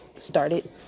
started